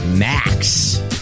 Max